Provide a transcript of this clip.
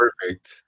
perfect